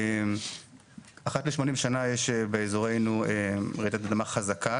אחת ל-80 שנה יש באזורנו רעידת אדמה חזקה,